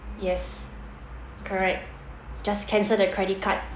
yes correct just cancel the credit card